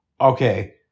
okay